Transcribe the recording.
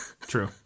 true